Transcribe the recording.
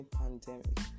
pandemic